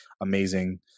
Amazing